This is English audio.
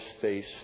face